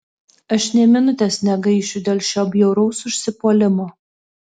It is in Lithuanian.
aš nė minutės negaišiu dėl šio bjauraus užsipuolimo